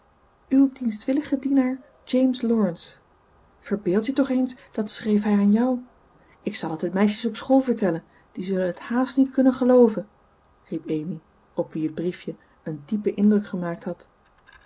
uw dienstwillige dienaar james laurence verbeeldt je toch eens dat schreef hij aan jou ik zal het de meisjes op school vertellen die zullen het haast niet kunnen gelooven riep amy op wie het briefje een diepen indruk gemaakt had